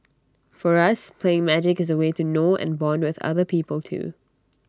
for us playing magic is A way to know and Bond with other people too